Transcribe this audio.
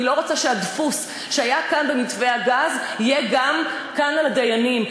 אני לא רוצה שהדפוס שהיה כאן במתווה הגז יהיה כאן גם לגבי הדיינים.